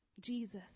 Jesus